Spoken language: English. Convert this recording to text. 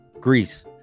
Greece